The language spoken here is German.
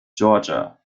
georgia